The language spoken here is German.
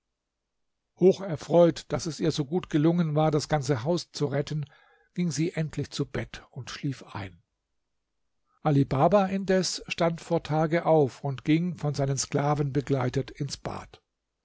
hocherfreut daß es ihr so gut gelungen war das ganze haus zu retten ging sie endlich zu bett und schlief ein ali baba indes stand vor tage auf und ging von seinen sklaven begleitet ins bad